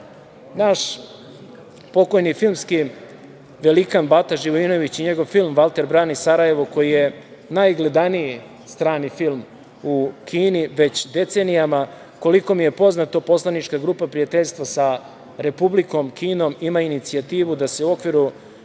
Naš pokojni filmski velikan Bata Živojinović i njegov film „Valter brani Sarajevo“, koji je najgledaniji strani film u Kini već decenijama, koliko mi je poznato, Poslanička grupa prijateljstva sa Republikom Kinom ima inicijativu da se u okviru